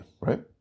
right